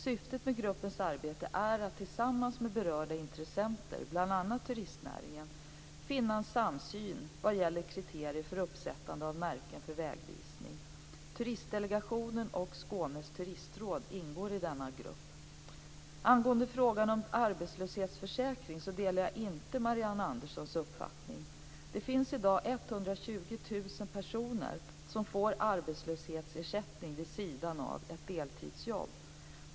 Syftet med gruppens arbete är att tillsammans med berörda intressenter, bl.a. turistnäringen, finna en samsyn vad gäller kriterier för uppsättande av märken för vägvisning. Turistdelegationen och Skånes turistråd ingår i denna arbetsgrupp. Angående frågan om arbetslöshetsförsäkringen delar jag inte Marianne Anderssons uppfattning. Det finns i dag 120 000 personer som får arbetslöshetsersättning vid sidan av ett deltidsarbete.